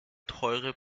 teure